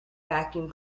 vacuum